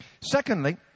Secondly